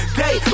day